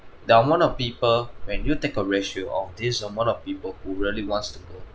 the amount of people when you take a ratio of this amount of people who really wants to go